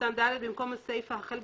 עם התובנות שהוצגו,